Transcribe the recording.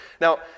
Now